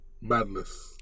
Madness